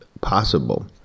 possible